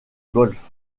golfe